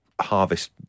harvest